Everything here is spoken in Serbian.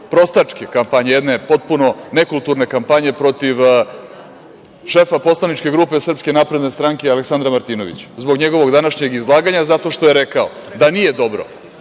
prostačke kampanje. Jedne potpuno nekulturne kampanje protiv šefa poslaničke grupe SNS Aleksandra Martinovića. Zbog njegovog današnjeg izlaganja zato što je rekao da nije dobro